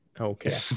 Okay